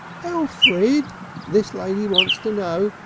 elfrid! this lady wants to know,